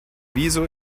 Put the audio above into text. wieso